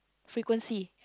frequency